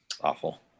Awful